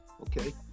Okay